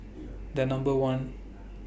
The Number one